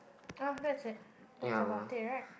!ah! that's it that's about it right